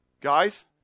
Guys